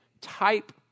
type